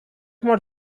more